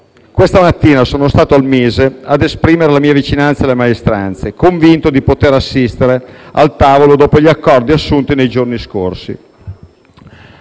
economico (MISE) per esprimere la mia vicinanza alle maestranze, convinto di poter assistere al tavolo dopo gli accordi assunti nei giorni scorsi.